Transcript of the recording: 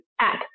app